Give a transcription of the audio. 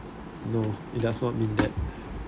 no it does not mean that